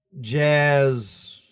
jazz